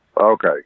okay